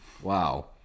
Wow